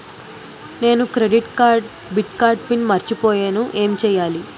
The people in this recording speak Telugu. నేను క్రెడిట్ కార్డ్డెబిట్ కార్డ్ పిన్ మర్చిపోయేను ఎం చెయ్యాలి?